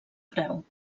preu